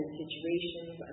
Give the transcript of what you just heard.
situations